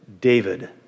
David